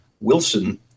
Wilson